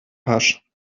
pasch